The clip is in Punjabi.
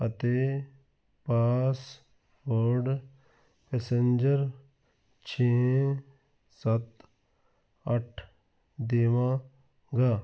ਅਤੇ ਪਾਸਵਰਡ ਪੈਸੰਜਰ ਛੇ ਸੱਤ ਅੱਠ ਦੇਵਾਂਗਾ